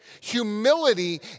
Humility